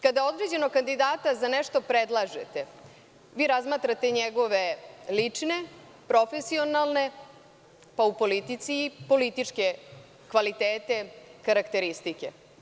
Kada određenog kandidata predlažete vi razmatrate njegove lične, profesionalne, pa u politici i političke kvalitete i karakteristike.